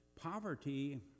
Poverty